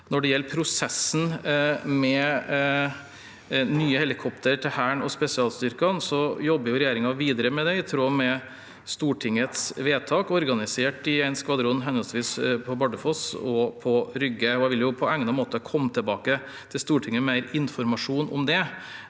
Når det gjelder prosessen med nye helikoptre til Hæren og spesialstyrkene, så jobber regjeringen videre med det i tråd med Stortingets vedtak, og er organisert i en skvadron henholdsvis på Bardufoss og på Rygge. Jeg vil på egnet måte komme tilbake til Stortinget med mer informasjon om det.